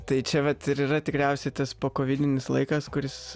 tai čia vat ir yra tikriausiai tas pokovidinis laikas kuris